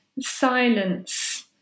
silence